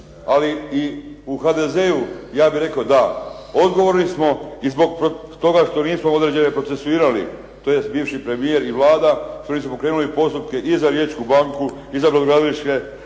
ali i u HDZ-u, ja bih rekao da, odgovorni smo i zbog toga što smo …/Govornik se ne razumije./… procesuirali, tj. bivši premijer i Vlada što nisu pokrenuli postupke i za riječku banku i za brodogradilište